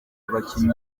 abakinnyi